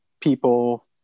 people